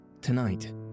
Tonight